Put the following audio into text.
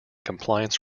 compliance